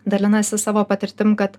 dalinasi savo patirtim kad